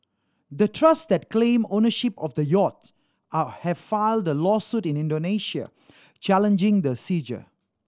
the trusts that claim ownership of the yacht all have filed a lawsuit in Indonesia challenging the seizure